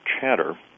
chatter